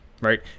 right